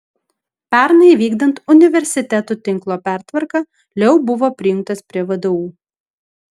pernai vykdant universitetų tinklo pertvarką leu buvo prijungtas prie vdu